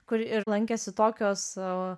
kur ir lankėsi tokios